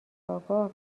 آگاه